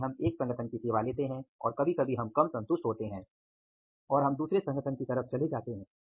तो कभी हम एक संगठन की सेवा लेते हैं और कभी कभी हम कम संतुष्ट होते हैं और हम दूसरे संगठन की तरफ चले जाते हैं